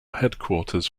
headquarters